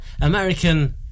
American